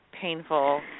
painful